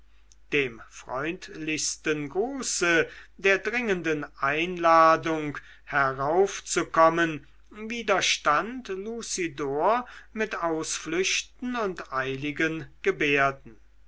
dem freundlichsten gruße der dringenden einladung heraufzukommen widerstand lucidor mit ausflüchten und eiligen gebärden